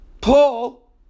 Paul